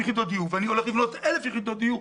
יחידות דיור ואני הולך לבנות 1,000 יחידות דיור,